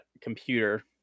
computer